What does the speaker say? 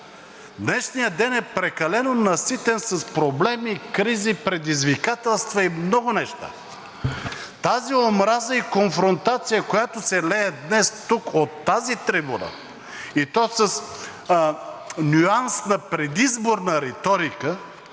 днешният ден е прекалено наситен с проблеми, кризи, предизвикателства и много неща. На тази омраза и конфронтация, които се леят днес тук, от тази трибуна, и то с нюанс на предизборна риторика,